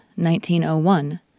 1901